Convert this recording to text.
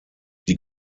die